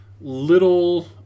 little